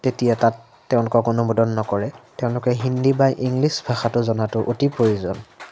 তেতিয়া তাত তেওঁলোকক অনুবোদন নকৰে তেওঁলোকে হিন্দী বা ইংলিছ ভাষাটো জনাতো অতি প্ৰয়োজন